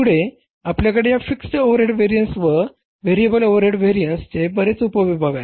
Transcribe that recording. आणि पुढे आपल्याकडे या फिक्स्ड ओव्हरहेड व्हेरिअन्सचे व व्हेरिएबल ओव्हरहेड व्हेरिअन्सचे बरेच उपविभाग आहेत